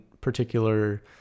particular